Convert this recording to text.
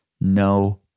no